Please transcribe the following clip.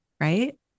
right